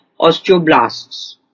osteoblasts